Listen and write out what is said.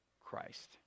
Christ